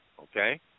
okay